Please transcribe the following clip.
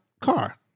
car